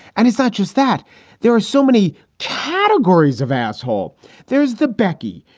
and it's not just that there are so many categories of asshole there's the becky.